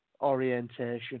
Orientation